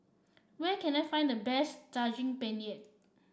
where can I find the best Daging Penyet